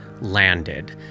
landed